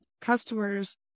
customers